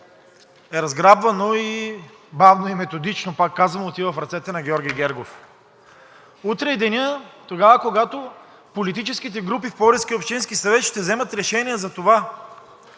е разграбвано и бавно и методично, пак казвам, отива в ръцете на Георги Гергов. Утре е денят, когато политическите групи в Пловдивския общински съвет ще вземат решение за това